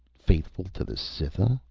faithful to the cytha?